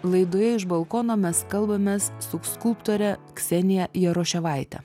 laidoje iš balkono mes kalbamės su skulptorė ksenija jaroševaite